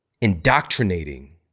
indoctrinating